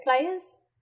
players